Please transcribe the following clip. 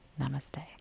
Namaste